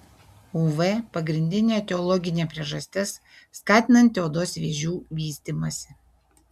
uv pagrindinė etiologinė priežastis skatinanti odos vėžių vystymąsi